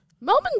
Melbourne